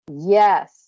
Yes